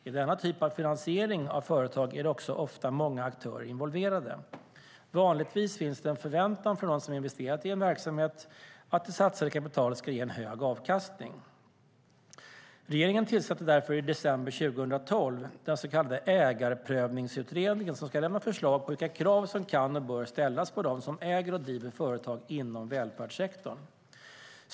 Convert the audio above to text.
I denna typ av finansiering av företag är det också ofta många aktörer involverade. Vanligtvis finns det en förväntan från den som investerat i en verksamhet att det satsade kapitalet ska ge en hög avkastning. Regeringen tillsatte därför i december 2012 den så kallade ägarprövningsutredningen som ska lämna förslag på vilka krav som kan och bör ställas på dem som äger och driver företag inom välfärdssektorn.